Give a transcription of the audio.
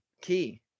key